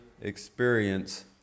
experience